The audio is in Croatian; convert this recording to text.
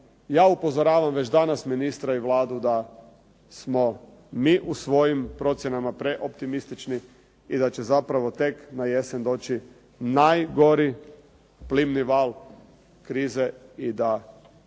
ja upozoravam već danas ministra i Vladu da smo mi u svojim procjenama preoptimistični i da će zapravo tek na jesen doći najgori plimni val krize i da